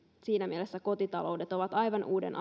siinä mielessä myöskin kotitaloudet ovat aivan uuden